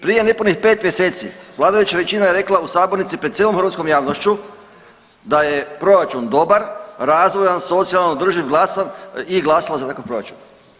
Prije nepunih 5 mjeseci vladajuća većina je rekla u sabornici pred cijelom hrvatskom javnošću da je proračun dobar, razvojan, socijalan, održiv, glasan i glasamo za takav proračun.